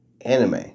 Anime